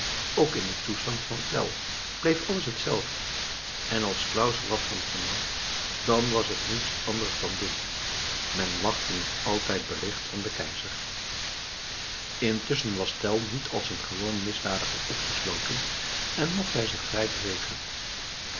ook in den toestand van tell bleef alles hetzelfde en als claus er wat van vernam dan was het niets anders dan dit men wachtte nog altijd bericht van den keizer intusschen was tell niet als een gewoon misdadiger opgesloten en mocht hij zich vrij bewegen